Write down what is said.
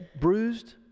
Bruised